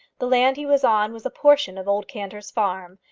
the land he was on was a portion of old cantor's farm,